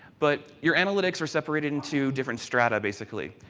but your analytics are separated into different strata basically.